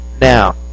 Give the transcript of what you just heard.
now